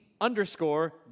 underscore